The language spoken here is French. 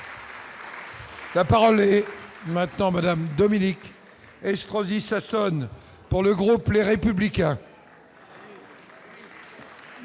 La parole est maintenant Madame Dominique Estrosi Sassone pour le groupe, les républicains.